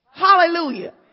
Hallelujah